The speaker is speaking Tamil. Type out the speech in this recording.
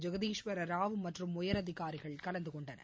ஜெகதீஸ்வரராவ் மற்றும் உயரதிகாரிகள் கலந்துகொண்டனர்